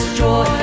joy